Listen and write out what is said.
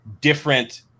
different